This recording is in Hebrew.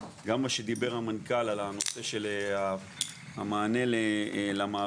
גם מה שדיבר המנכ"ל על הנושא של המענה למעביד.